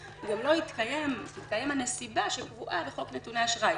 גם לא התקיים הנסיבה שקבועה בחוק נתוני אשראי,